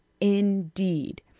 indeed